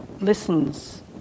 listens